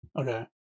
Okay